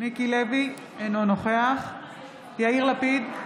אינו נוכח יאיר לפיד,